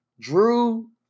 drew